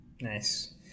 nice